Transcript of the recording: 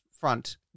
front